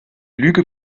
lüge